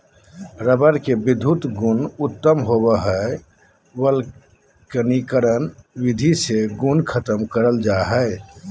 rubber के विधुत गुण उत्तम होवो हय वल्कनीकरण विधि से गुण खत्म करल जा हय